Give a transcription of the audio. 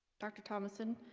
dr. thomason,